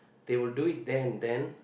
they will do it there and then